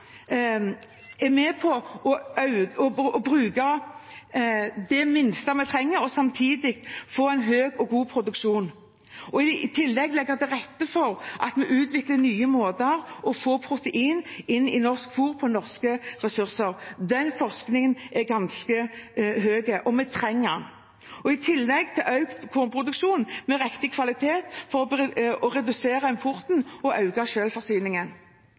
er med på å bruke det minste vi trenger, og samtidig få en høy og god produksjon, og i tillegg legge til rette for at vi utvikler nye måter å få protein inn i norsk fôr på, fra norske ressurser. Den forskningen er ganske stor, og vi trenger den, i tillegg til økt kornproduksjon med riktig kvalitet for å redusere importen og